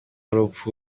urupfu